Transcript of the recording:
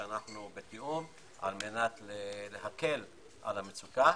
עושים מה שאנחנו יכולים על-מנת להקל על המצוקה